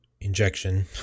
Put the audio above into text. injection